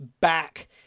back